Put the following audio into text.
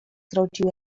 zrodził